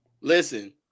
Listen